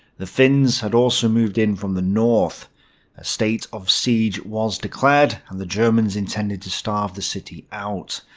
the finns had also moved in from the north. a state of siege was declared, and the germans intended to starve the city out.